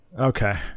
Okay